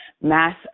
Mass